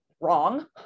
wrong